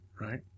right